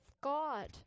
God